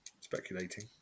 speculating